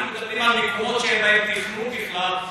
אנחנו מדברים על מקומות שאין בהם תכנון בכלל,